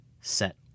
set